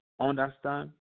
understand